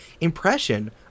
impression